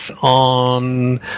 on